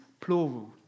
plural